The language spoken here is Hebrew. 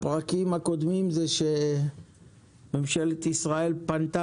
הפרקים הקודמים הם שממשלת ישראל פנתה